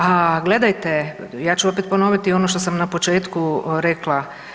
A gledajte, ja ću opet ponoviti ono što sam na početku rekla.